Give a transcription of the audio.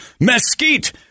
mesquite